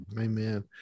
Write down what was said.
amen